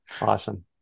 Awesome